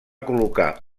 col·locar